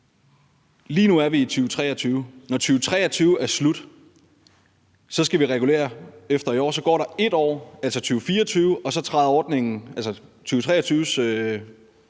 Lige nu er vi i 2023; når 2023 er slut, skal vi regulere efter i år, og så går der 1 år, altså i 2024, og så træder ordningen, altså